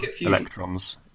electrons